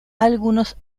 algunos